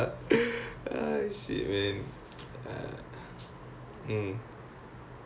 ya but I I feel you dey because